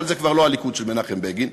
אבל זה כבר לא הליכוד של מנחם בגין.